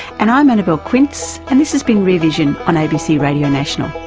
and i'm annabelle quince and this has been rear vision on abc radio national